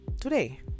today